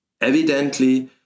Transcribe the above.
evidently